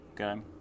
okay